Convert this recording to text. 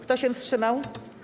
Kto się wstrzymał?